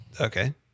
Okay